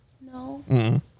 No